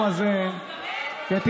הזה, אני